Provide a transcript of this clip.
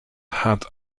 had